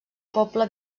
poble